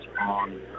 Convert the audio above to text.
on